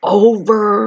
over